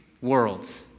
worlds